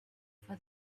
for